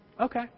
okay